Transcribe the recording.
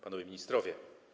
Panowie Ministrowie!